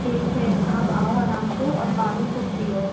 ठीक है आप आओ आराम से और पानी खूब पियो